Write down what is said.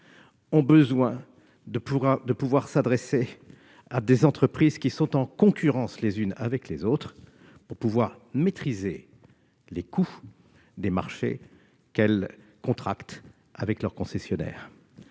ont besoin de s'adresser à des entreprises qui sont en concurrence les unes avec les autres pour pouvoir maîtriser les coûts des marchés qu'elles contractent avec leurs concessionnaires.